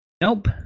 Nope